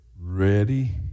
ready